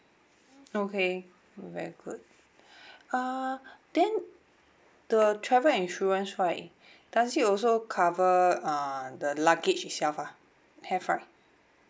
okay very good uh then the travel insurance right does it also cover uh the luggage itself ah have right